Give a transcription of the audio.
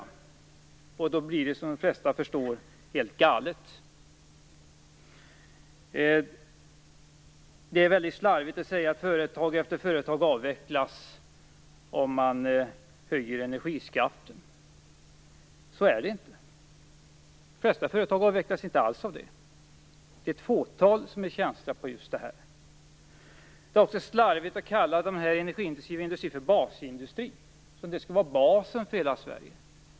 Då blir det som de flesta förstår helt galet. Det är mycket slarvigt att säga att företag efter företag avvecklas om man höjer energiskatten. Så är det inte. De flesta företag avvecklas inte alls på grund av det. Det är ett fåtal företag som är känsliga för just detta. Det är också slarvigt att kalla dessa energiintensiva industrierna för basindustrier, som om de skulle vara basen för hela Sverige.